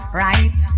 right